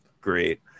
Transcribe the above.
great